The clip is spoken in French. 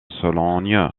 sologne